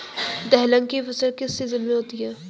दलहन की फसल किस सीजन में होती है?